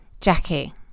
Jackie